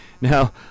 Now